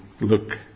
look